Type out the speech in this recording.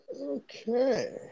Okay